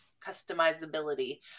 customizability